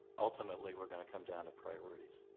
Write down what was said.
ultimately we're going to come down to priorities.